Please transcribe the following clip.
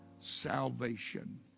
salvation